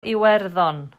iwerddon